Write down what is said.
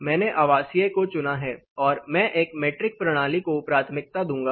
मैंने आवासीय को चुना है और मैं एक मीट्रिक प्रणाली को प्राथमिकता दूंगा